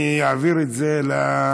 אני אעביר את זה ליושב-ראש,